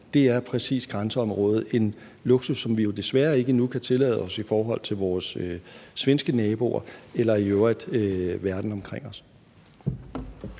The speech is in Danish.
præcis er grænseområdet – en luksus, som vi jo desværre ikke endnu kan tillade os i forhold til vores svenske naboer eller i øvrigt verden omkring os.